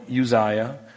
Uzziah